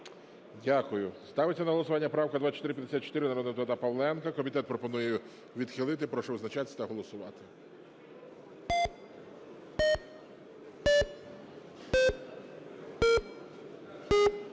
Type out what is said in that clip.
Дякую. Ставиться на голосування правка 2454 народного депутата Павленка. Комітет пропонує відхилити. Прошу визначатися та голосувати.